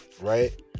right